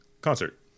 concert